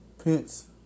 Pence